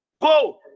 Go